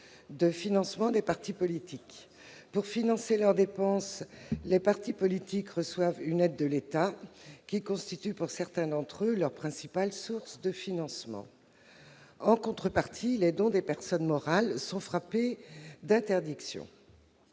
du financement des partis politiques. Pour financer leurs dépenses, les partis politiques reçoivent une aide de l'État. Pour certains d'entre eux, cette aide constitue la principale source de financement. En contrepartie, les dons des personnes morales sont frappés d'interdiction.